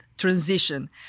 transition